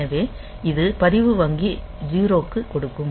எனவே இது பதிவு வங்கி 0 க்கு கொடுக்கும்